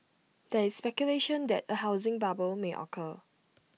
there is speculation that A housing bubble may occur